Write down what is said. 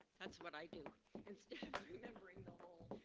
that's wat i do instead of remembering the whole.